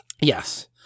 Yes